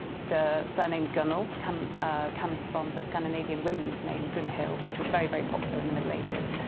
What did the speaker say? the surname gunnel come comes from the scandinavian woman's name gunhild which was very, very popular in the middle ages,